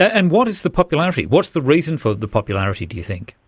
and what is the popularity, what's the reason for the popularity do you think?